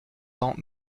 cent